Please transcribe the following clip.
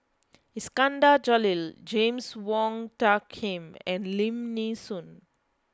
Iskandar Jalil James Wong Tuck Yim and Lim Nee Soon